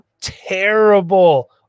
terrible